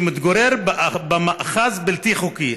שמתגורר במאחז בלתי חוקי.